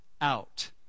out